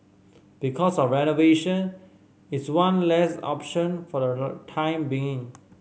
because of renovation it's one less option for the time being